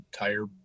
entire